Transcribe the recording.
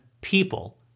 people